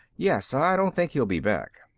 yes. i don't think he'll be back.